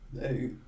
Hey